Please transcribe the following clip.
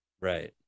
right